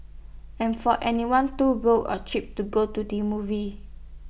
and for anyone too broke or cheap to go to the movies